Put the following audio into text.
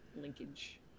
linkage